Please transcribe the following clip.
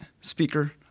speaker